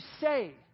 say